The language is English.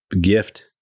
gift